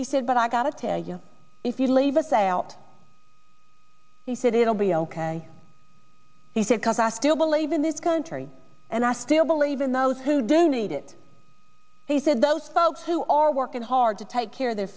he said but i gotta tell you if you leave us out he said it'll be ok he said come back to believe in this country and i still believe in those who do need it he said those folks who are working hard to take care of their